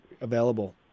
available